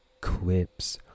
clips